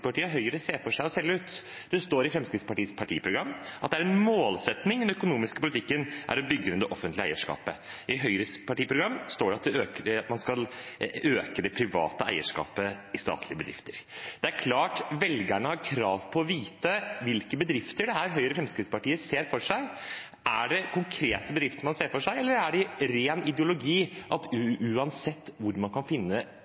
står i Fremskrittspartiets partiprogram at det er en målsetting i den økonomiske politikken å bygge ned det offentlige eierskapet. I Høyres partiprogram står det at man skal øke det private eierskapet i statlige bedrifter. Det er klart velgerne har krav på å få vite hvilke bedrifter det er Høyre og Fremskrittspartiet ser for seg. Er det konkrete bedrifter, eller er det ren ideologi – at uansett hvor man kan finne